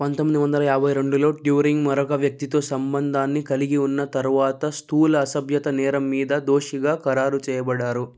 పంతొమ్మిది వందల యాభై రెండులో డ్యూరింగ్ మరొక వ్యక్తితో సంబంధాన్ని కలిగి ఉన్న తర్వాత స్థూల అసభ్యత నేరం మీద దోషిగా ఖరారు చేయబడ్డారు